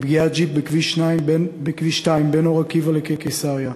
מפגיעת ג'יפ בכביש 2 בין אור-עקיבא לקיסריה.